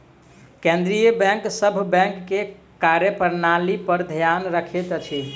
केंद्रीय बैंक सभ बैंक के कार्य प्रणाली पर ध्यान रखैत अछि